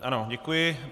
Ano, děkuji.